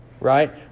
Right